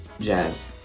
Jazz